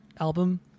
album